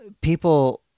people